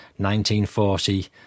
1940